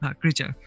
creature